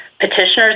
Petitioners